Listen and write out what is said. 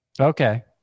Okay